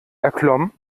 erklomm